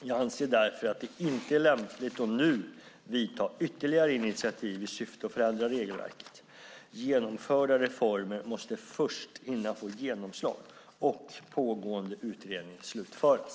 Jag anser därför att det inte är lämpligt att nu vidta ytterligare initiativ i syfte att förändra regelverket. Genomförda reformer måste först hinna få genomslag och pågående utredning slutföras.